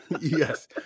yes